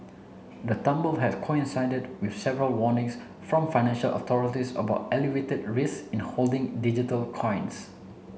the tumble had coincided with several warnings from financial authorities about elevated risk in holding digital coins